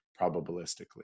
probabilistically